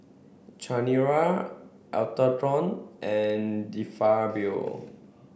Chanira Atherton and De Fabio